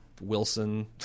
Wilson